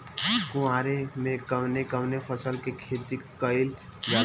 कुवार में कवने कवने फसल के खेती कयिल जाला?